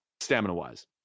stamina-wise